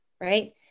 right